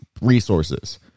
resources